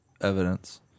evidence